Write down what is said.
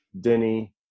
Denny